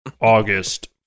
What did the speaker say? August